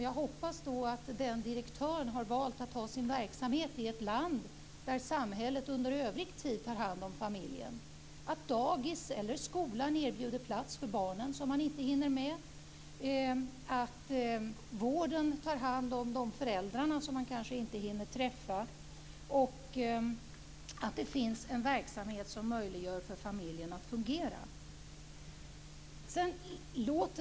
Jag hoppas att den direktören har valt att ha sin verksamhet i ett land där samhället under övrig tid tar hand om familjen, att dagis eller skola erbjuder plats för de barn som han inte hinner med, att vården tar hand om de föräldrar som han kanske inte hinner träffa och att det finns en verksamhet som möjliggör för familjen att fungera.